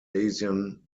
asian